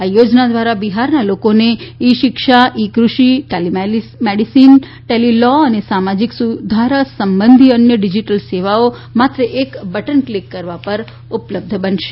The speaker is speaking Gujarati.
આ યોજના ધ્વારા બિહારના લોકોને ઇ શિક્ષ ઇ ક઼ષિ ટેલી મેડીસીન ટેલી લો અને સામાજીક સુરક્ષા સંબંધી અન્ય ડીજીટલ સેવાઓ માત્ર એક બટન કલીક કરવા પર ઉપલબ્ધ થશે